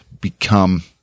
become